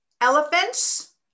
Elephants